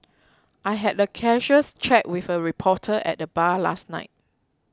I had a casual chat with a reporter at the bar last night